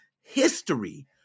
history